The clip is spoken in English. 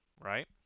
right